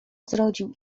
zrodził